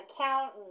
accountant